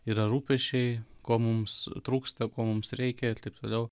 yra rūpesčiai ko mums trūksta ko mums reikia ir taip toliau